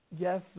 Yes